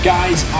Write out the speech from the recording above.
Guys